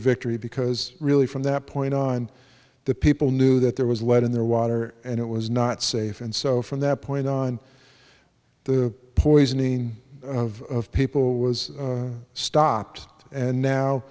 victory because really from that point on the people knew that there was lead in their water and it was not safe and so from that point on the poisoning of people was stopped and now